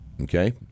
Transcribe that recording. okay